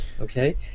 Okay